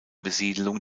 besiedlung